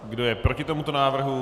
Kdo je proti tomuto návrhu?